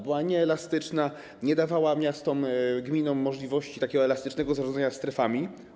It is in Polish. Była nieelastyczna, nie dawała miastom, gminom możliwości takiego elastycznego zarządzania strefami.